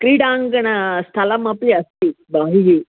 क्रीडाङ्गणस्थलमपि अस्ति बहूनि